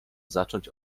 zacząć